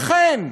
אכן,